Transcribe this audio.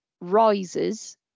rises